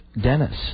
Dennis